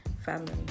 family